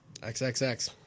Xxx